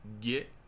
Get